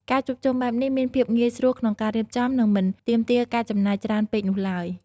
ការជួបជុំបែបនេះមានភាពងាយស្រួលក្នុងការរៀបចំនិងមិនទាមទារការចំណាយច្រើនពេកនោះឡើយ។